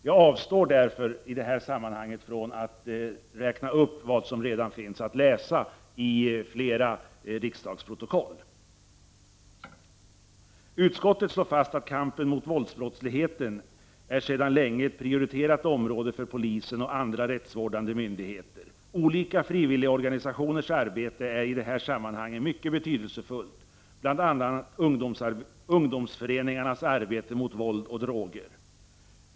Jag avstår därför i detta sammanhang från att räkna upp vad som finns att läsa i flera riksdagsprotokoll. Utskottet slår fast att kampen mot våldsbrottsligheten sedan länge är ett prioriterat område för polisen och andra rättsvårdande myndigheter. Olika frivilligorganisationers arbete är i detta sammanhang mycket betydelsefullt, bl.a. ungdomsföreningarnas arbete mot våld och droger.